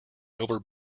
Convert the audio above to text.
over